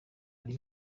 ari